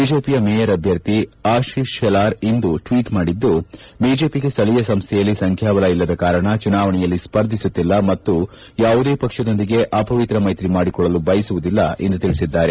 ಬಿಜೆಪಿಯ ಮೇಯರ್ ಅಭ್ಲರ್ಥಿ ಆಶಿಶ್ ಶೆಲಾರ್ ಇಂದು ಟ್ವೀಟ್ ಮಾಡಿದ್ದು ಬಿಜೆಪಿಗೆ ಸ್ಥಳೀಯ ಸಂಸ್ಥೆಯಲ್ಲಿ ಸಂಖ್ಲಾಬಲ ಇಲ್ಲದ ಕಾರಣ ಚುನಾವಣೆಯಲ್ಲಿ ಸ್ಪರ್ಧಿಸುತ್ತಿಲ್ಲ ಮತ್ತು ಯಾವುದೇ ಪಕ್ಷದೊಂದಿಗೆ ಅಪವಿತ್ರ ಮೈತ್ರಿ ಮಾಡಿಕೊಳ್ಳಲು ಬಯಸುವುದಿಲ್ಲ ಎಂದು ತಿಳಿಸಿದ್ದಾರೆ